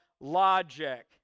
logic